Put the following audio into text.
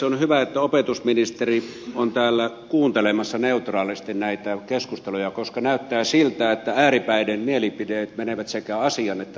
on hyvä että opetusministeri on täällä kuuntelemassa neutraalisti näitä keskusteluja koska näyttää siltä että ääripäiden mielipiteet menevät sekä asian että lain ohi